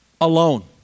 alone